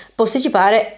posticipare